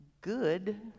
good